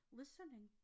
listening